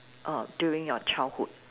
err during your childhood